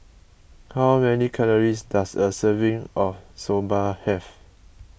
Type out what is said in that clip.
how many calories does a serving of Soba have